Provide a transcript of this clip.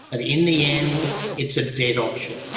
but in the end it's a dead option.